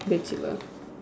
that's it lah